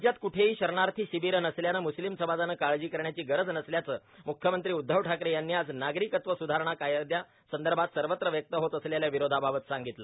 राज्यात कुठेही शरणार्थी शिबीर नसल्यानं म्स्लीम समाजानं काळजी करण्याची गरज नसल्याचं मृख्यमंत्री उध्दव ठाकरे यांनी आज नागरीकत्व सुधारणा कायदयासंदर्भात सर्वत्र व्यक्त होत असलेल्या विरोधाबाबात सांगितलं